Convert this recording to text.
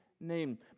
name